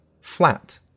flat